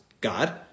God